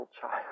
child